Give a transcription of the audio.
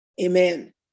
Amen